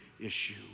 issue